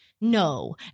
No